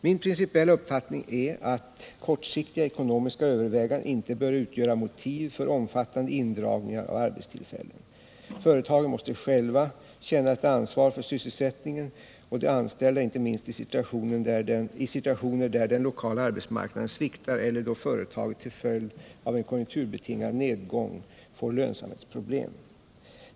Min principiella uppfattning är att kortsiktiga ekonomiska överväganden inte bör utgöra motiv för omfattande indragningar av arbetstillfällen. Företagen måste själva känna ett ansvar för sysselsättningen och de anställda inte minst i situationer där den lokala arbetsmarknaden sviktar eller då företaget till följd av en konjunkturbetingad nedgång får lönsamhetsproblem.